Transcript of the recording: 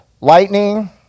lightning